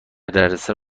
دردسر